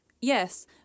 Yes